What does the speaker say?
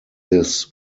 this